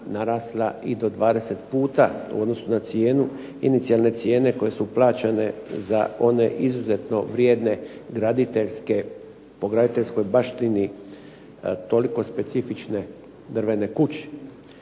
narasla i do 20 puta u odnosu na cijenu inicijalne cijene koje su plaćane za one izuzetno vrijedne graditeljske, po graditeljskoj baštini toliko specifične drvene kuće